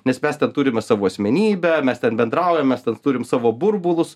nes mes ten turime savo asmenybę mes ten bendraujam mes ten turim savo burbulus